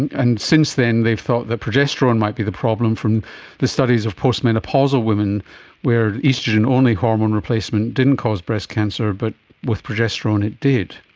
and since then they've thought that progesterone might be the problem from the studies of post-menopausal women were oestrogen only hormone replacement who didn't cause breast cancer, but with progesterone it did.